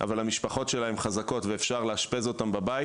אבל המשפחות שלהם חזקות ואפשר לאשפז אותם בבית.